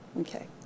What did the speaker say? Okay